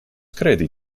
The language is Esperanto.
kredi